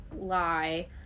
lie